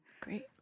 Great